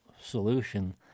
solution